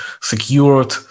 secured